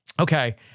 Okay